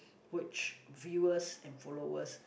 which viewers and followers